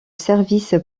service